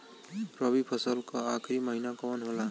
रवि फसल क आखरी महीना कवन होला?